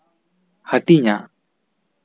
ᱦᱟᱹᱴᱤᱧᱟ